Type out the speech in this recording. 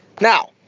Now